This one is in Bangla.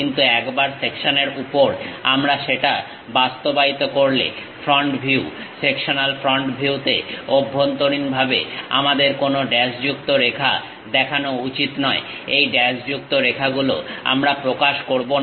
কিন্তু একবার সেকশনের উপর আমরা সেটা বাস্তবায়িত করলে ফ্রন্ট ভিউ সেকশনাল ফ্রন্ট ভিউতে অভ্যন্তরীণভাবে আমাদের কোনো ড্যাশযুক্ত রেখা দেখানো উচিত নয় এই ড্যাশযুক্ত রেখাগুলো আমরা প্রকাশ করব না